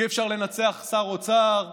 אי-אפשר לנצח שר אוצר,